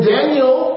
Daniel